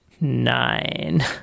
nine